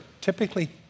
typically